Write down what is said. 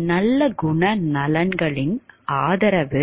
ஒரு நல்ல குணநலன்களின் ஆதரவு